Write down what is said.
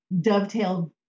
dovetailed